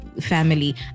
family